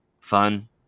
fun